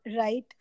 right